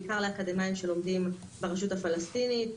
בעיקר לאקדמאים שלומדים ברשות הפלסטינית,